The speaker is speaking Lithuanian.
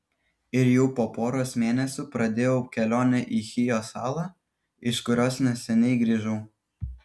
ir jau po poros mėnesių pradėjau kelionę į chijo salą iš kurios neseniai grįžau